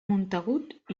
montagut